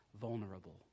vulnerable